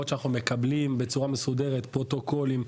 לראות שאנחנו מקבלים בצורה מסודרת פרוטוקולים,